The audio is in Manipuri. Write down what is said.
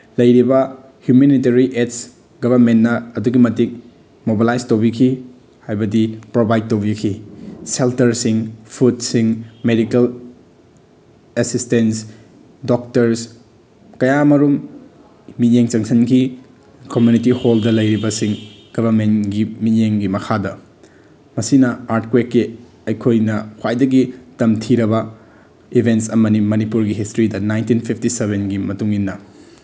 ꯂꯩꯔꯤꯕ ꯍ꯭ꯌꯨꯃꯦꯅꯤꯇꯔꯤ ꯑꯦꯠꯁ ꯒꯕꯔꯟꯃꯦꯟꯅ ꯑꯗꯨꯛꯀꯤ ꯃꯇꯤꯛ ꯃꯣꯕꯂꯥꯏꯁ ꯇꯧꯕꯤꯈꯤ ꯍꯥꯏꯕꯗꯤ ꯄ꯭ꯔꯣꯚꯥꯏꯠ ꯇꯧꯕꯤꯈꯤ ꯁꯦꯜꯇꯔꯁꯤꯡ ꯐꯨꯠꯁꯤꯡ ꯃꯦꯗꯤꯀꯦꯜ ꯑꯦꯁꯤꯁꯇꯦꯟꯁ ꯗꯣꯛꯇꯔꯁ ꯀꯌꯥꯃꯔꯨꯝ ꯃꯤꯠꯌꯦꯡ ꯆꯪꯁꯤꯟꯈꯤ ꯀꯃꯨꯅꯤꯇꯤ ꯍꯣꯜꯗ ꯂꯩꯔꯤꯕꯁꯤꯡ ꯒꯕꯔꯟꯃꯦꯟꯒꯤ ꯃꯤꯠꯌꯦꯡꯒꯤ ꯃꯈꯥꯗ ꯑꯁꯤꯅ ꯑꯥꯔꯠꯀ꯭ꯋꯦꯛꯀꯤ ꯑꯩꯈꯣꯏꯅ ꯈ꯭ꯋꯥꯏꯗꯒꯤ ꯇꯝꯊꯤꯔꯕ ꯏꯚꯦꯟꯁ ꯑꯃꯅꯤ ꯃꯅꯤꯄꯨꯔꯒꯤ ꯍꯤꯁꯇ꯭ꯔꯤꯗ ꯅꯥꯏꯟꯇꯤꯟ ꯐꯤꯞꯇꯤ ꯁꯚꯦꯟꯒꯤ ꯃꯇꯨꯡꯏꯟꯅ